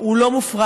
הוא לא מופרך,